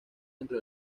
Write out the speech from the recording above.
dentro